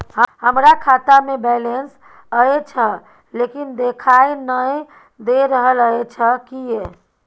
हमरा खाता में बैलेंस अएछ लेकिन देखाई नय दे रहल अएछ, किये?